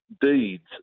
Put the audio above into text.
Deeds